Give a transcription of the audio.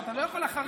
אתה לא יכול אחרי.